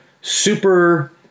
super